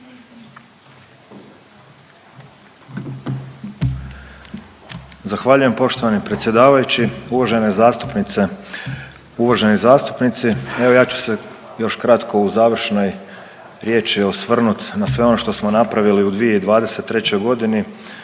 Zahvaljujem poštovani predsjedavajući. Uvažene zastupnice, uvaženi zastupnici evo ja ću se još kratko u završnoj riječi osvrnut na sve ono što smo napravili u 2023. godini